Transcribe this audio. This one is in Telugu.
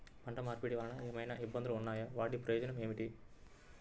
పంట మార్పిడి వలన ఏమయినా ఇబ్బందులు ఉన్నాయా వాటి ప్రయోజనం ఏంటి?